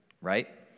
right